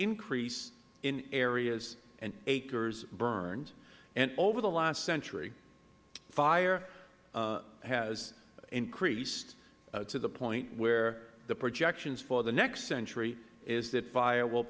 increase in areas and acres burned and over the last century fire has increased to the point where the projections for the next century is that fire will